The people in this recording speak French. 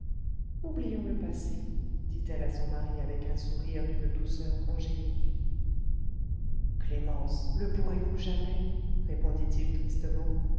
oublions le passé dit-elle à son mari avec un sourire d'une douceur angélique clémence le pourrez-vous jamais répondit-il tristement